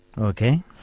Okay